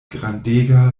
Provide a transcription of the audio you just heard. grandega